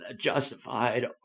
justified